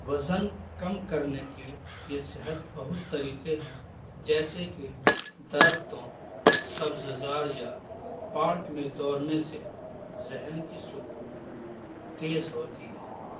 وزن کم کرنے کے یہ صحت بہت طریقے ہیں جیسے کہ درختوں سبززار یا پارک میں دوڑنے سے ذہن کی سکون تیز ہوتی ہے